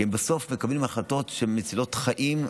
כי הם בסוף מקבלים החלטות מצילות חיים,